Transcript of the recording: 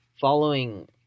following